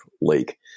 Lake